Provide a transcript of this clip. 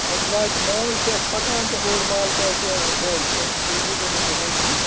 اسہِ واتہِ مال چھُ اسہِ پَکان تہٕ اوٚڑ مال چھُ اسہِ ٲں گھرِ تہِ تُہۍ ہیٚزیٛو نہٕ سُہ ٹیٚنشَن